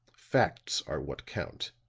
facts are what count.